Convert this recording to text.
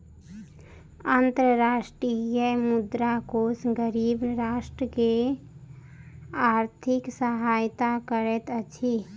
अंतर्राष्ट्रीय मुद्रा कोष गरीब राष्ट्र के आर्थिक सहायता करैत अछि